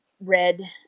red